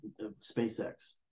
SpaceX